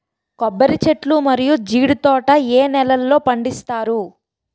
కొబ్బరి చెట్లు మరియు జీడీ తోట ఏ నేలల్లో పండిస్తారు?